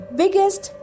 biggest